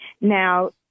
Now –